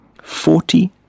Forty